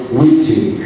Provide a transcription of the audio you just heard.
waiting